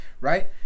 right